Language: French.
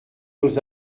nos